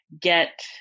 get